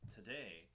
Today